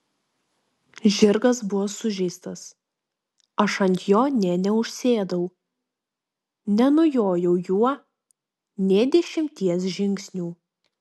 žirgas buvo sužeistas aš ant jo nė neužsėdau nenujojau juo nė dešimties žingsnių